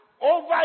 over